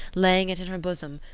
laying it in her bosom,